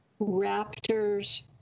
raptors